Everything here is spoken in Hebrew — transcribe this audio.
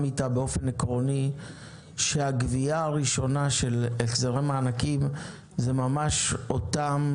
איתה עקרונית שהגבייה הראשונה של החזרי מענקים זה ממש אותם